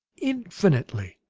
infinitely!